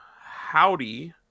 Howdy